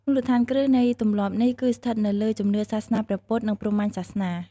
មូលដ្ឋានគ្រឹះនៃទម្លាប់នេះគឺស្ថិតនៅលើជំនឿសាសនាព្រះពុទ្ធ និងព្រហ្មញ្ញសាសនា។